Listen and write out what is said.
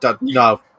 No